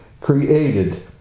created